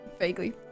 vaguely